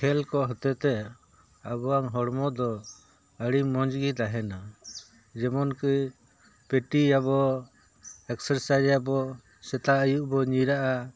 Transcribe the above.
ᱠᱷᱮᱞ ᱠᱚ ᱦᱚᱛᱮ ᱛᱮ ᱟᱵᱚᱣᱟᱜ ᱦᱚᱲᱢᱚ ᱫᱚ ᱟᱹᱰᱤ ᱢᱚᱡᱽᱜᱮ ᱛᱟᱦᱮᱱᱟ ᱡᱮᱢᱚᱱ ᱠᱤ ᱯᱤᱴᱤ ᱟᱵᱚᱱ ᱮᱠᱥᱟᱨᱥᱟᱭᱤᱡ ᱟᱵᱚᱱ ᱥᱮᱛᱟᱜ ᱟᱹᱭᱩᱵ ᱵᱚ ᱧᱤᱨᱟᱜᱼᱟ